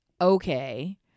okay